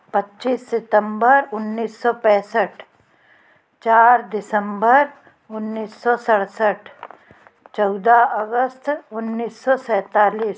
पच्चीस सितंबर उन्नीस सौ पैंसठ चार दिसंबर उन्नीस सौ सड़सठ चौदह अगस्त उन्नीस सौ सैंतालीस